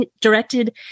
directed